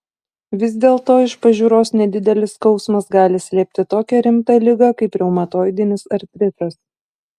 vis dėlto iš pažiūros nedidelis skausmas gali slėpti tokią rimtą ligą kaip reumatoidinis artritas